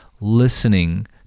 listening